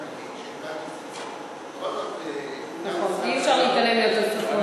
בכל זאת, נכון, אי-אפשר להתעלם מהתוספות.